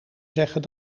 zeggen